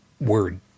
word